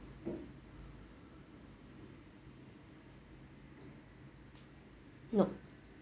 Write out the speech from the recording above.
nope